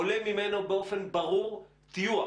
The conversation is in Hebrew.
עולה ממנו באופן ברור טיוח